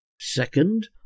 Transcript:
Second